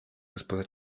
esposa